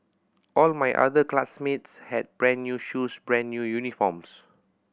all my other classmates had brand new shoes brand new uniforms